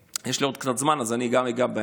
יש לי עוד קצת זמן, אז אני גם אגע בהן.